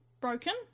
broken